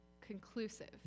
conclusive